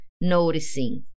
noticing